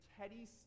Teddy